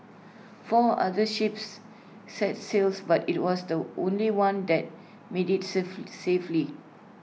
four other ships set sails but IT was the only one that made IT safe safely